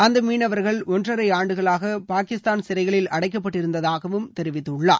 அந்த மீனவர்கள் ஒன்றரை ஆண்டுகளாக பாகிஸ்தான் சிறைகளில் அடைக்கப்பட்டிருந்ததாகவும் தெரிவித்தள்ளார்